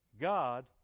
God